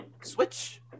Switch